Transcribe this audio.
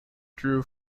drew